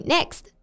Next